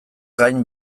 gain